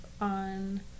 on